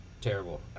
terrible